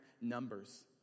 numbers